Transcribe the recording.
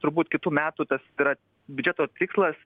turbūt kitų metų tas yra biudžeto tikslas